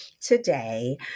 today